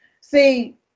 See